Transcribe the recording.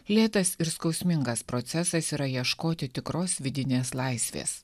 lėtas ir skausmingas procesas yra ieškoti tikros vidinės laisvės